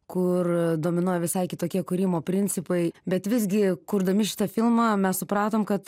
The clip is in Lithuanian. kur dominuoja visai kitokie kūrimo principai bet visgi kurdami šitą filmą mes supratom kad